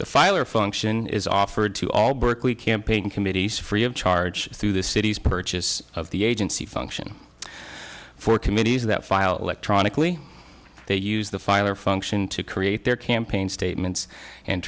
the filer function is offered to all berkeley campaign committees free of charge through the city's purchase of the agency function for committees that file electronically they use the filer function to create their campaign statements and